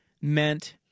meant